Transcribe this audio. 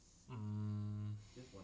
mm